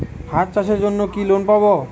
হাঁস চাষের জন্য কি লোন পাব?